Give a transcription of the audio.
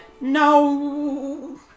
No